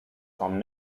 vom